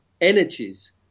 energies